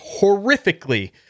horrifically